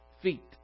feet